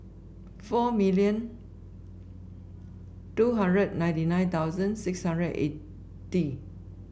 four million two hundred ninety nine thousand six hundred and eighty